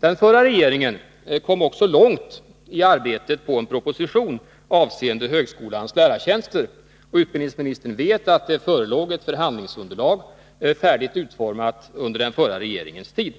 Den förra regeringen kom också långt i arbetet på en proposition avseende högskolans lärartjänster. Utbildningsministern vet att det förelåg ett förhandlingsunderlag färdigt under den förra regeringens tid.